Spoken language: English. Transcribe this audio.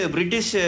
British